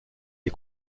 est